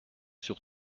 sur